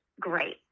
great